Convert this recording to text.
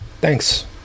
Thanks